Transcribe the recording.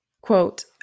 Quote